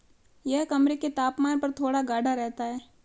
यह कमरे के तापमान पर थोड़ा गाढ़ा रहता है